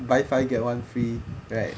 buy five get one free right